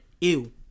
ew